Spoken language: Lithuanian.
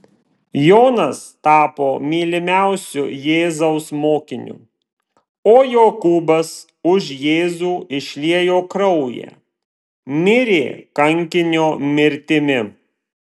jonas tapo mylimiausiu jėzaus mokiniu o jokūbas už jėzų išliejo kraują mirė kankinio mirtimi